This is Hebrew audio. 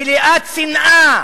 מלאת שנאה